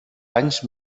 anys